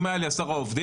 אם היו לו עשרה עובדים,